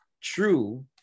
true